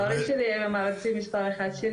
ההורים שלי הם המעריצים מספר אחד שלי